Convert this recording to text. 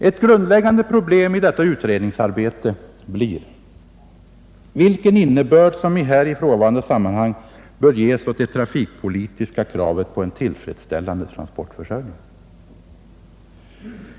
Ett grundläggande problem i detta utredningsarbete blir vilken innebörd som i detta sammanhang bör ges åt det trafikpolitiska kravet på en tillfredsställande trafikförsörjning.